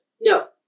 No